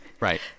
Right